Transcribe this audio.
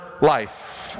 life